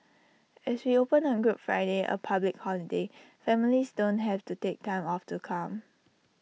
as we open on good Friday A public holiday families don't have to take time off to come